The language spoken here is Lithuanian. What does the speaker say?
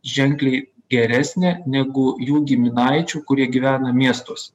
ženkliai geresnė negu jų giminaičių kurie gyvena miestuos